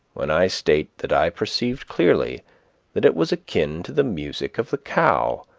when i state that i perceived clearly that it was akin to the music of the cow,